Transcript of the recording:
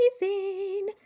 amazing